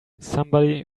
somebody